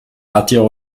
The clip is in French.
attire